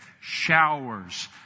Showers